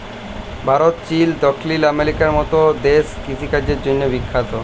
ভারত, চিল, দখ্খিল আমেরিকার মত দ্যাশ কিষিকাজের জ্যনহে বিখ্যাত